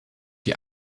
die